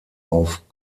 auf